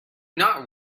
not